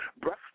breath